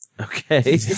Okay